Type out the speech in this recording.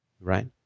Right